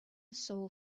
soul